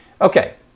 Okay